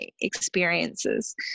experiences